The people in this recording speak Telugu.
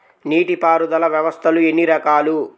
నీటిపారుదల వ్యవస్థలు ఎన్ని రకాలు?